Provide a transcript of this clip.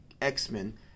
X-Men